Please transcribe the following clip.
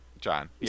John